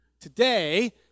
Today